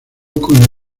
con